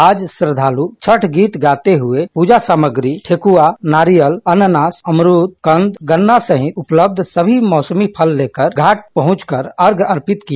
आज श्रद्धालू छठ गीत गाते हुए पूजा सामग्री ठेकुआ नारियल अन्नानास अमरूद कंद गन्ना सहित उपलब्ध सभी मौसमी फल लेकर घाट पहुँचकर अर्घ्य अर्पित किया